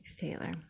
Taylor